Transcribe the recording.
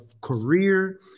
career